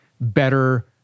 better